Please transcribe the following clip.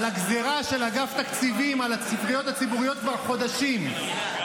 אבל הגזירה של אגף התקציבים על הספריות הציבוריות כבר חודשים.